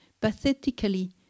pathetically